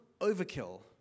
overkill